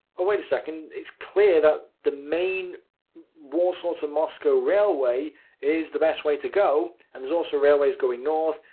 wait a second, it's clear that the main warsaw to moscow railway is the best way to go, and there's also railways going north.